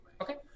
Okay